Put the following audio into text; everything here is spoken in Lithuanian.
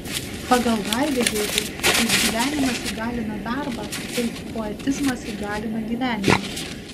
pagal haidegerį kaip gyvenimas įgalina darbą taip poetizmas įgalina gyvenimą